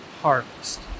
Harvest